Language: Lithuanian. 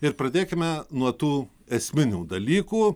ir pradėkime nuo tų esminių dalykų